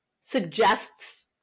suggests